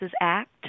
Act